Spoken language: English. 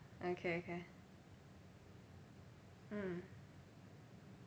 okay okay mm